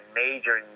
major